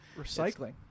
recycling